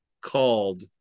called